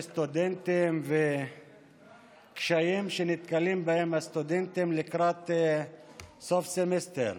סטודנטים וקשיים שנתקלים בהם הסטודנטים לקראת סוף סמסטר.